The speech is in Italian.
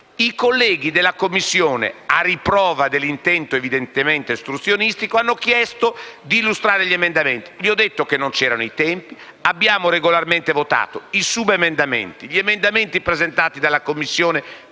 i colleghi della Commissione, a riprova dell'intento evidentemente ostruzionistico, hanno chiesto di illustrare gli emendamenti. Ho detto loro che non c'erano i tempi per farlo. Abbiamo dunque regolarmente votato i subemendamenti e gli emendamenti presentati dalla Commissione